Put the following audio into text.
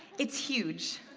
it's huge.